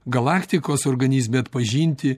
galaktikos organizme atpažinti